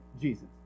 Jesus